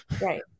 Right